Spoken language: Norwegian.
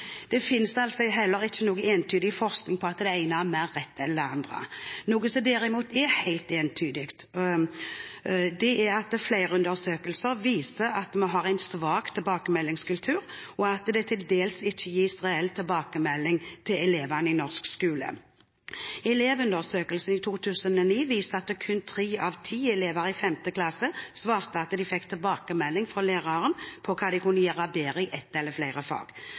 ikke noen entydig forskning på at det ene er mer rett enn det andre. Noe som derimot er helt entydig, er at flere undersøkelser viser at vi har en svak tilbakemeldingskultur, og at det til dels ikke gis reell tilbakemelding til elevene i norsk skole. Elevundersøkelsen 2009 viste at kun tre av ti elever i femte klasse svarte at de fikk tilbakemelding fra læreren på hva de kunne gjøre bedre i ett eller flere fag.